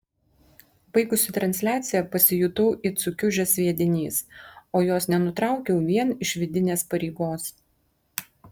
baigusi transliaciją pasijutau it sukiužęs sviedinys o jos nenutraukiau vien iš vidinės pareigos